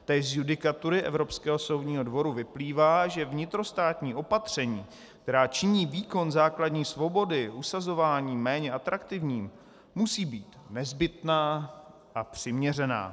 Též z judikatury Evropského soudního dvora vyplývá, že vnitrostátní opatření, která činí výkon základní svobody usazování méně atraktivním, musí být nezbytná a přiměřená.